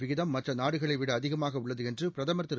விகிதம் மற்ற நாடுகளை விட அதிகமாக உள்ளது என்று பிரதமர் திரு